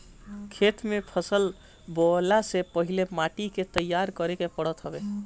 खेत में फसल बोअला से पहिले माटी के तईयार करे के पड़त हवे